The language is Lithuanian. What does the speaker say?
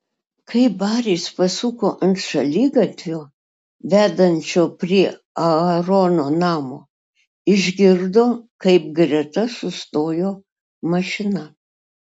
kai baris pasuko ant šaligatvio vedančio prie aarono namo išgirdo kaip greta sustojo mašina